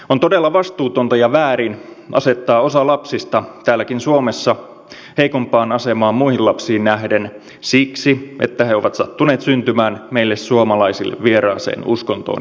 on todella vastuutonta ja väärin asettaa osa lapsista täällä suomessakin heikompaan asemaan muihin lapsiin nähden siksi että he ovat sattuneet syntymään meille suomalaisille vieraaseen uskontoon ja kulttuuriin